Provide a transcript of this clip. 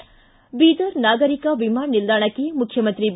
ಬೀದರ್ ನಾಗರಿಕ ವಿಮಾನ ನಿಲ್ದಾಣಕ್ಕೆ ಮುಖ್ಯಮಂತ್ರಿ ಬಿ